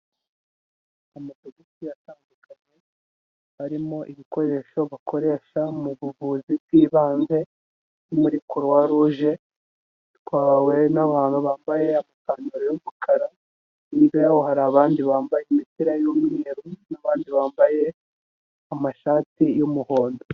Amabogisi atandukanye, arimo ibikoresho bakoresha mu buvuzi bw'ibanze. Ni muri croix roug, bitwawe n'abantu bambaye amapantaro y'umukara, hirya yabo hari abandi bambaye imipira y'umweru, n'abandi bambaye amashati y'umuhondo.